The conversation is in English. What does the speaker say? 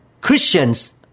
Christians